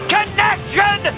Connection